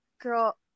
Girl